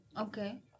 Okay